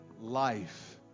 life